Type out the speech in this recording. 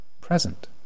present